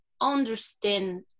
understand